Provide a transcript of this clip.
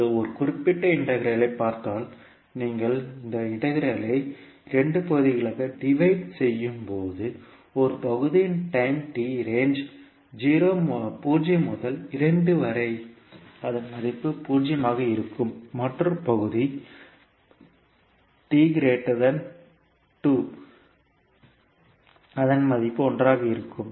இப்போது ஒரு குறிப்பிட்ட இன்டெக்ரல் ஐ பார்த்தால் நீங்கள் இந்த இன்டக்ரல் ஐ இரண்டு பகுதிகளாக டிவைட் செய்யும்போது ஒரு பகுதி இன் டைம் t ரேஞ்ச் 0 முதல் 2 வரை அதன் மதிப்பு பூஜ்யமாக இருக்கும் மற்றொரு பகுதி t கிரேட்ட்டர் தன் 2 அதன் மதிப்பு ஒன்றாக இருக்கும்